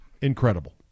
incredible